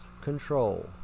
control